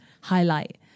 highlight